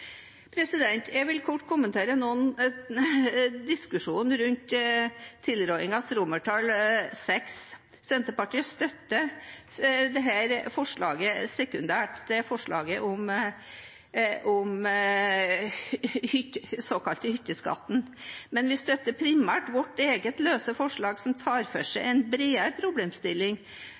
Jeg vil kort kommentere noe av diskusjonen rundt tilrådningens VI. Senterpartiet støtter sekundært forslaget om den såkalte hytteskatten, men vi støtter primært vårt eget løse forslag som tar for seg en bredere problemstilling